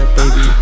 baby